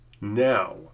Now